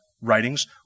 writings